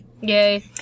Yay